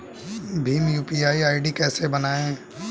Bhim UPI ID कैसे बनाएं?